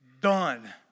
Done